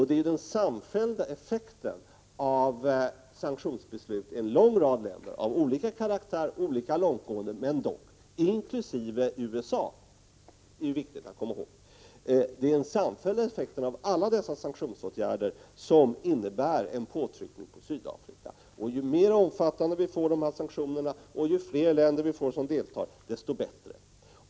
Det är den samfällda effekten av sanktionsbeslut i en lång rad länder, av varierande karaktär och olika långt gående, dock — och det är viktigt att komma ihåg - inkl. USA, vilken innebär en påtryckning på Sydafrika. Ju mer omfattande sanktionerna blir och ju fler länder som deltar, desto bättre.